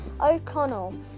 O'Connell